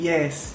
Yes